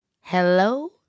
Hello